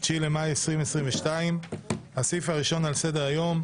9 במאי 2022. הסעיף הראשון על סדר-היום: